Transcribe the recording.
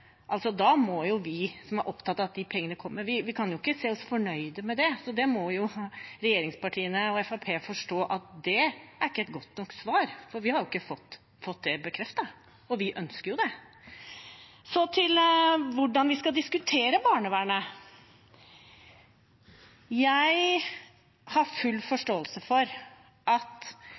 vi som er opptatt av at disse pengene kommer, si oss fornøyd med det. Det må regjeringspartiene og Fremskrittspartiet forstå ikke er et godt nok svar, for vi har ikke fått det bekreftet, og vi ønsker jo det. Så til hvordan vi skal diskutere barnevernet: Jeg har full forståelse for at